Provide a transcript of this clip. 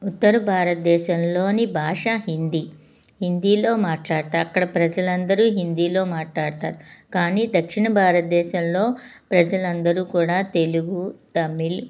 ఉత్తర భారతదేశంలోని భాష హిందీ హిందీలో మాట్లాడతారు అక్కడ ప్రజలు అందరు హిందీలో మాట్లాడతారు కానీ దక్షిణ భారతదేశంలో ప్రజలు అందరు కూడా తెలుగు తమిళ్